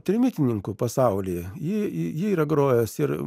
trimitininkų pasauly jį jį yra grojęs ir